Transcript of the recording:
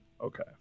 Okay